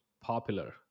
popular